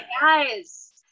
guys